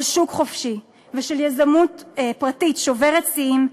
של שוק חופשי ושל יזמות פרטית שוברת שיאים,